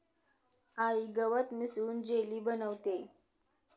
आई गवत मिसळून जेली बनवतेय